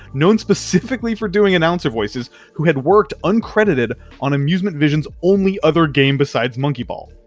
known specifically for doing announcer voices who had worked uncredited on amusement visions only other game besides monkey ball.